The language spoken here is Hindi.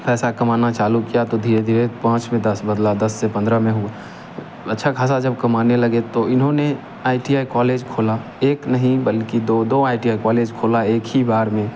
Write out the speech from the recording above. पैसा कमाना चालू किया तो धीरे धीरे पाँच में दस बदला दस से पंद्रह में हुआ अच्छा खासा जब कमाने लगे तो इन्होंने आई टी आई कॉलेज खोला एक नहीं बल्कि दो दो आई टी आई कॉलेज खोला एक ही बार में